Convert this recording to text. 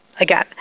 Again